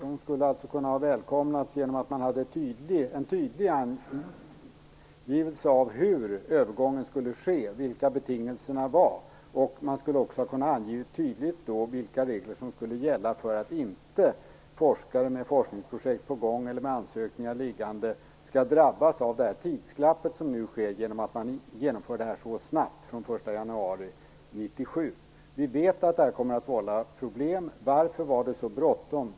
De skulle ha kunnat välkomnas genom en tydligare angivelse om hur övergången skulle ske och vilka betingelserna var. Man skulle också tydligt ha kunnat ange vilka regler som skulle gälla, så att inte forskare med forskningsprojekt på gång eller med ansökningar liggande skall drabbas av det tidsglapp som nu uppstår genom att detta genomförs så snabbt som från den 1 januari 1997. Vi vet att detta kommer att vålla problem. Varför var det så bråttom?